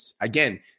again